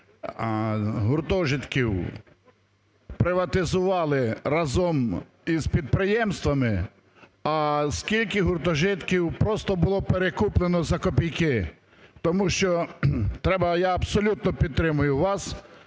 гуртожитків приватизували разом з підприємствами? А скільки гуртожитків просто було перекуплено за копійки?! Тому треба, я абсолютно підтримую вас